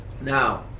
Now